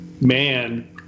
man –